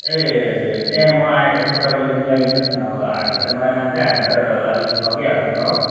ए त्यहाँ म आएपछि तपाईँले मिलाइदिनु होस् न अब हामी त नयाँ मान्छे हामीलाई त अलिकति ठगिहाल्छन् हो